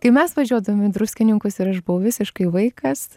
kai mes važiuodavom į druskininkus ir aš buvau visiškai vaikas